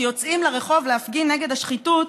שיוצאים לרחוב להפגין נגד השחיתות,